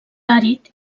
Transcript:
àrid